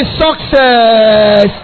success